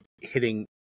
hitting